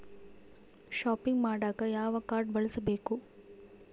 Shopping ಮಾಡಾಕ ಯಾವ card ಬಳಸಬೇಕು?